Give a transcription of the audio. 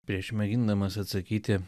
prieš mėgindamas atsakyti